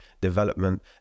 development